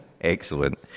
excellent